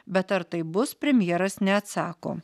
bet ar taip bus premjeras neatsako